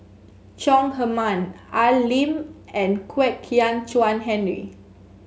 Chong Heman Al Lim and Kwek Hian Chuan Henry